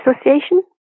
association